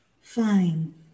Fine